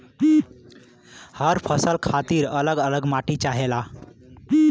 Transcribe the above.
हर फसल खातिर अल्लग अल्लग माटी चाहेला